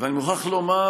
ואני מוכרח לומר,